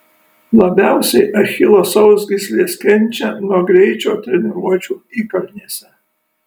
labiausiai achilo sausgyslės kenčia nuo greičio treniruočių įkalnėse